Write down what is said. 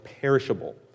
perishable